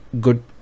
good